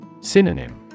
Synonym